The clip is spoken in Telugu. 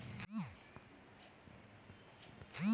నా బ్యాంక్ అకౌంట్ నుంచి డబ్బు పంపించడానికి ఐ.ఎఫ్.ఎస్.సి కోడ్ అవసరమా?